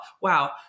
wow